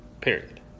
Period